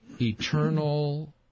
eternal